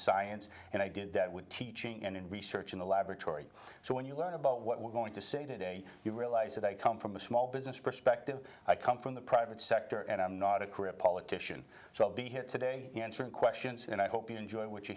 science and i did that with teaching and research in the laboratory so when you learn about what we're going to say today you realize that i come from a small business perspective i come from the private sector and i'm not a career politician so i'll be here today answering questions and i hope you enjoy what you